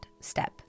step